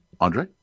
Andre